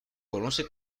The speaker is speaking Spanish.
conoce